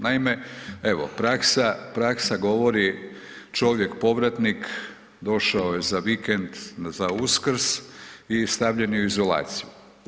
Naime, evo praksa govori čovjek povratnik došao je za vikend za Uskrs i stavljen je u izolaciju.